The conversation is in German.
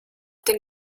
den